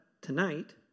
tonight